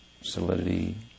solidity